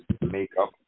makeup